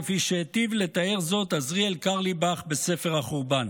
כפי שהיטיב לתאר זאת עזריאל קרליבך ב"ספר החורבן".